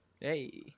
hey